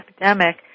epidemic